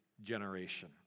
generation